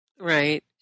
Right